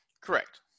Correct